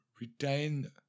retain